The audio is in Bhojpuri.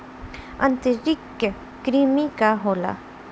आंतरिक कृमि का होला?